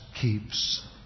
keeps